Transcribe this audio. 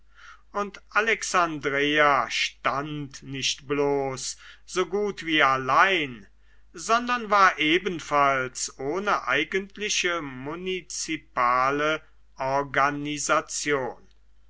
und alexandreia stand nicht bloß so gut wie allein sondern war ebenfalls ohne eigentliche munizipale organisation